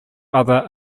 other